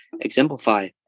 exemplify